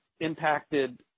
impacted